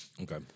Okay